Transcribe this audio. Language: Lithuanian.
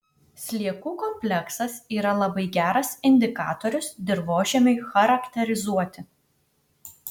sliekų kompleksas yra labai geras indikatorius dirvožemiui charakterizuoti